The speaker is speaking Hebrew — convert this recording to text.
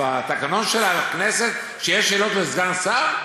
בתקנון של הכנסת שיש שאלות לסגן שר?